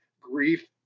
grief